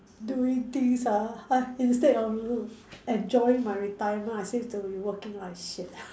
doing things ah ah instead of enjoying my retirement I seem to be working like shit